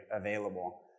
available